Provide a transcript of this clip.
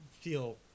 feel